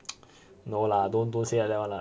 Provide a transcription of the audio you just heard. no lah don't don't say like that one lah